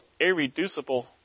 irreducible